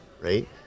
right